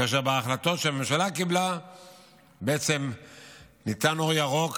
ובהחלטות שהממשלה קיבלה בעצם ניתן אור ירוק